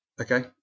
Okay